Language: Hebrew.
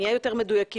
נהיה יותר מדויקים.